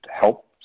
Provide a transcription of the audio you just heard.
help